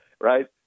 Right